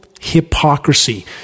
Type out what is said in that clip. hypocrisy